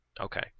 Okay